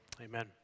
amen